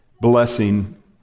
blessing